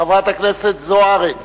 חברת הכנסת זוארץ.